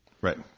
Right